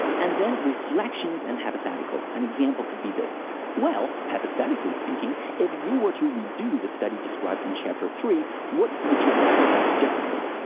and then reflections and hypotheticals, an example could be well, hypothetically speaking, if you were to redo the study described in chapter three, what would you have done differently?